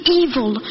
evil